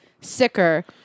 sicker